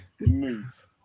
move